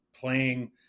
playing